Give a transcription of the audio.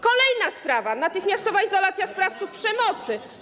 Kolejna sprawa to natychmiastowa izolacja sprawców przemocy.